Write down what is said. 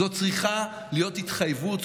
זו צריכה להיות התחייבות,